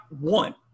one